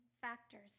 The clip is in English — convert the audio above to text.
factors